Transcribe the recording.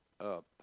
up